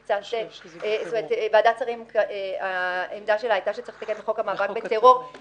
למרות שהעמדה של ועדת שרים הייתה שצריך לתקן את זה בחוק המאבק בטרור.